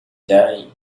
die